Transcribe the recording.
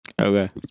Okay